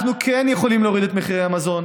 אנחנו כן יכולים להוריד את מחירי המזון